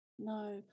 no